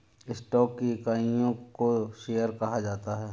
stock की इकाइयों को शेयर कहा जाता है